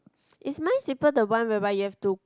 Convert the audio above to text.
is Minesweeper the one whereby you have to